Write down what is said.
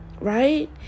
right